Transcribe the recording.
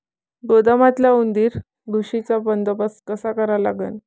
गोदामातल्या उंदीर, घुशीचा बंदोबस्त कसा करा लागन?